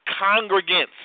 congregants